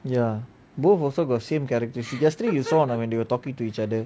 ya both also got same character yesterday you saw not when they were talking to each other